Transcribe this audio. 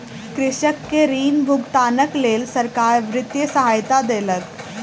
कृषक के ऋण भुगतानक लेल सरकार वित्तीय सहायता देलक